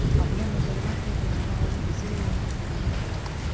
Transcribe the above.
अपने मोटरबा के अलाबा और कैसे पट्टनमा कर हू?